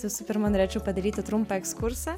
visų pirma norėčiau padaryti trumpą ekskursą